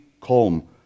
calm